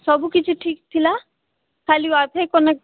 ସବୁ କିଛି ଠିକ ଥିଲା ଖାଲି ୱାଇ ଫାଇ କନେକ୍ଟ